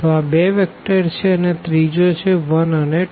તો આ બે વેક્ટર છે અને તીજો છે 1 અન 2